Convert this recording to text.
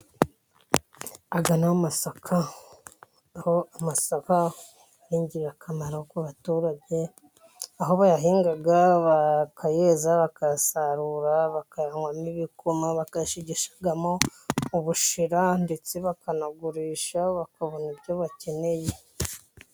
Aya ni amasaka, aho amasaka ari ingirakamaro ku baturage. Aho bayahinga, bakayeza, bakayasarura bakayanywamo ibikoma, bagashigamo ubushera, ndetse bakanagurisha bakabona ibyo bakeneye.